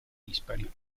dispari